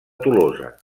tolosa